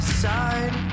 side